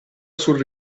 sul